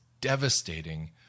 devastating